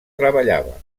treballava